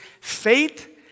faith